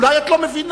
אולי את לא מבינה,